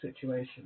situation